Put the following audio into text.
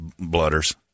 bludders